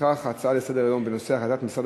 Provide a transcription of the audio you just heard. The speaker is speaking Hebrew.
לפיכך ההצעה לסדר-היום בנושא החלטת משרד